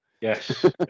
yes